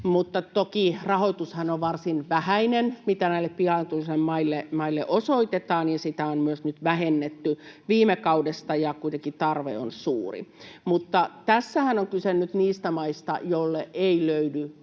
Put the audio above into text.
Mutta toki rahoitushan on varsin vähäinen, mitä näille pilaantuneille maille osoitetaan, ja sitä on myös nyt vähennetty viime kaudesta, ja kuitenkin tarve on suuri. Tässähän on kyse nyt niistä maista, joille ei löydy